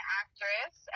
actress